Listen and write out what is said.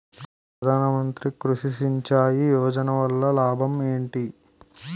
ప్రధాన మంత్రి కృషి సించాయి యోజన వల్ల లాభం ఏంటి?